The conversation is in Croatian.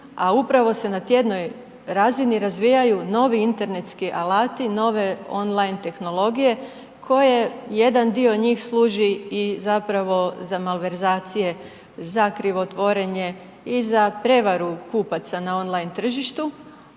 a upravo se na tjednoj razini razvijaju novi internetski alati, nove on line tehnologije, koje jedan dio njih služi i zapravo za malverzacije, za krivotvorenje i za prevaru kupaca na on line tržištu.